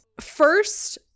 First